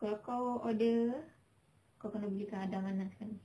kalau kau order kau kena belikan adam anas sekali